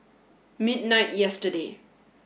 midnight yesterday